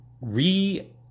re-